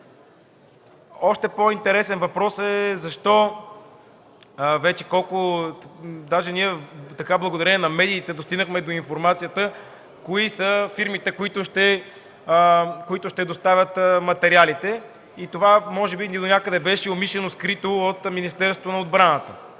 Още по-интересен въпрос: защо благодарение на медиите достигнахме до информацията кои са фирмите, които ще доставят материалите? Това може би донякъде беше и умишлено скрито от Министерството на отбраната